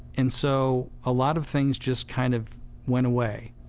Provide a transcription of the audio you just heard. and so a lot of things just kind of went away.